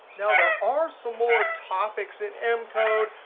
now there are some more topics in m code,